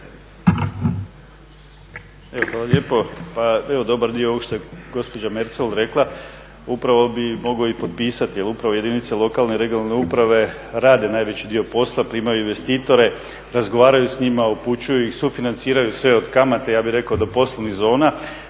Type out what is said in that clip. hvala lijepo. Pa evo, dobar dio ovog što je gospođa Merzel rekla upravo bi mogao i potpisati, jer upravo jedinice lokalne i regionalne uprave rade najveći dio posla, primaju investitore, razgovaraju s njima, upućuju ih, sufinanciraju sve od kamate ja bih rekao do poslovnih zona.